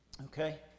Okay